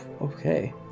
Okay